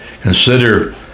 Consider